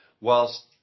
whilst